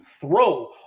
throw